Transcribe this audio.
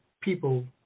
people